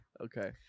Okay